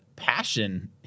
passion